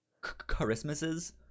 Christmases